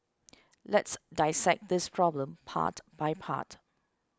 let's dissect this problem part by part